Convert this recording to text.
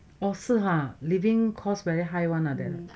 ha living costs very high [one] ah